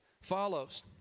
follows